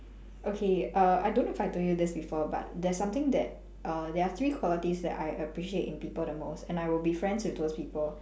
okay err I don't know if I told you this before but there's something that uh there are three qualities that I appreciate in people the most and I will be friends with those people